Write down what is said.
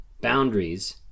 boundaries